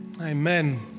Amen